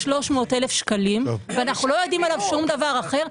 300,000 שקלים ואנו לא יודעים עליו שום דבר אחר,